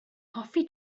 hoffi